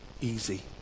easy